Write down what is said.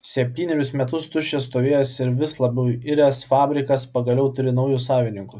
septynerius metus tuščias stovėjęs ir vis labiau iręs fabrikas pagaliau turi naujus savininkus